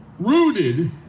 rooted